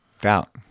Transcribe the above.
Doubt